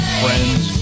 friends